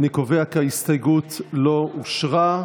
אני קובע כי ההסתייגות לא אושרה.